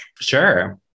Sure